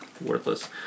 worthless